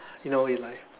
you know is like